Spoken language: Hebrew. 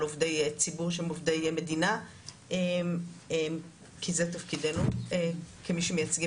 עובדי ציבור שהם עובדי מדינה כי זה תפקידנו כמי שמייצגים